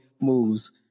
moves